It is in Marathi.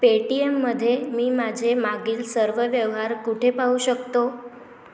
पेटीएममध्ये मी माझे मागील सर्व व्यवहार कुठे पाहू शकतो